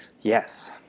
Yes